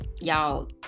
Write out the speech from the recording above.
y'all